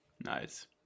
Nice